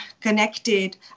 connected